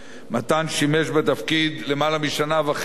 מתן שימש בתפקיד למעלה משנה וחצי,